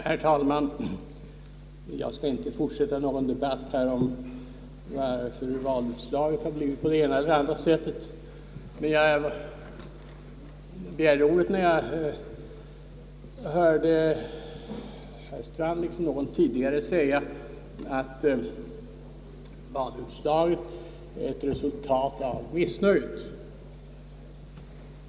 Herr talman! Jag skall inte fortsätta någon debatt om valrörelsen, men jag begärde ordet när jag hörde herr Strand — liksom tidigare någon annan — säga att valutslaget är ett resultat av missnöjet.